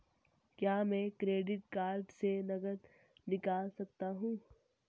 क्या मैं credit card से नकद निकाल सकता हूँ?